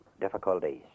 difficulties